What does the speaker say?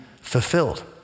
fulfilled